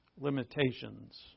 limitations